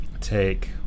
take